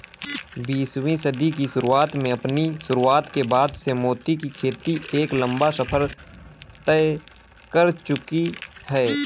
बीसवीं सदी की शुरुआत में अपनी शुरुआत के बाद से मोती की खेती एक लंबा सफर तय कर चुकी है